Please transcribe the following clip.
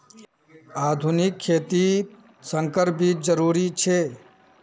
आधुनिक खेतित संकर बीज जरुरी छे